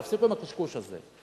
תפסיקו עם הקשקוש הזה.